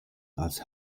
aus